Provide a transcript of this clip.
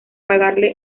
pagarle